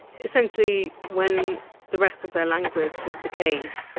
essentially, when the rest of their language has decayed,